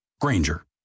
Granger